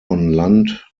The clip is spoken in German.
land